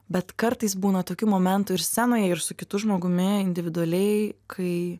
bet kartais būna tokių momentų ir scenoj ir su kitu žmogumi individualiai kai